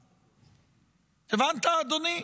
הבנת, אדוני?